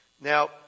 Now